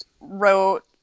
wrote